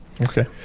Okay